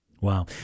Wow